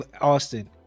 Austin